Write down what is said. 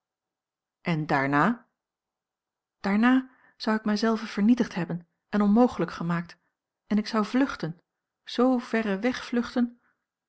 en daarna daarna zou ik mij zelve vernietigd hebben en onmogelijk gemaakt en ik zou vluchten zoo verre wegvluchten